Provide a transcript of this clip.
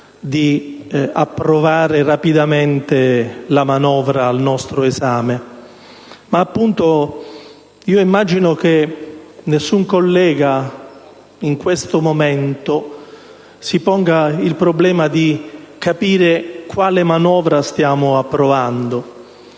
di approvare rapidamente la manovra al nostro esame, ma immagino che ogni collega in questo momento si ponga il problema di capire quale manovra stiamo approvando,